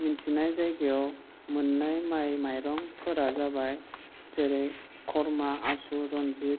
मोन्थिनाय जायगायाव मोननाय माइ माइरंफोरा जाबाय जेरै खरमा आसु रनजित